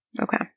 Okay